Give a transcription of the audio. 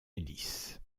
hélice